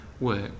work